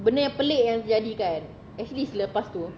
benda yang pelik yang terjadi kan actually selepas tu